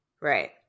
Right